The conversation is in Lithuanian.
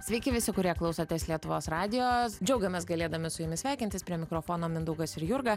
sveiki visi kurie klausotės lietuvos radijo džiaugiamės galėdami su jumis sveikiantis prie mikrofono mindaugas ir jurga